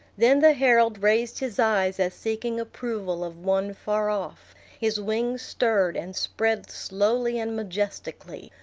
then the herald raised his eyes as seeking approval of one far off his wings stirred, and spread slowly and majestically,